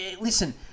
Listen